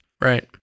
Right